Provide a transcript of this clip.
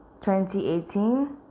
2018